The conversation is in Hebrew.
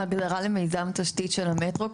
ההגדרה למיזם תשתית של המטרו,